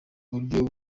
buryo